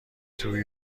توی